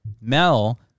Mel